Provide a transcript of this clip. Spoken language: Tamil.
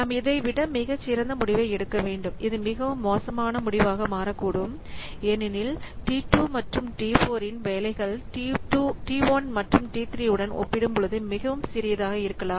நாம் இதைவிட மிகச் சிறந்த முடிவை எடுக்க வேண்டும் இது மிகவும் மோசமான முடிவாக மாறக்கூடும் ஏனெனில் T2 மற்றும் T4 இன் வேலைகள் T1 மற்றும் T3 உடன் ஒப்பிடும்போது மிகவும் சிறியதாக இருக்கலாம்